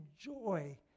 joy